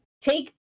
take